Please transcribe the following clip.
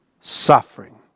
suffering